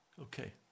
Okay